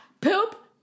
Poop